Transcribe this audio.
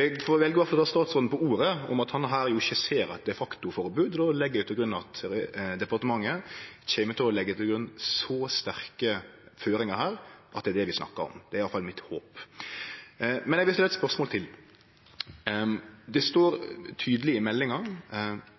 Eg får velje å ta statsråden på ordet. Om han ikkje ser at det er de facto eit forbod, legg eg til grunn at her kjem departementet til å leggje til grunn så sterke føringar at det er det vi snakkar om. Det er i alle fall mitt håp. Men eg vil stille eit spørsmål til. Det står tydeleg i meldinga